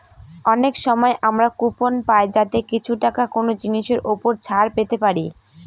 অনেক সময় আমরা কুপন পাই যাতে কিছু টাকা কোনো জিনিসের ওপর ছাড় পেতে পারি